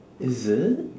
is it